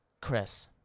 Chris